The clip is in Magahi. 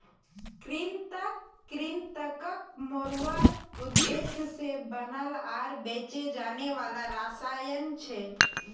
कृंतक कृन्तकक मारवार उद्देश्य से बनाल आर बेचे जाने वाला रसायन छे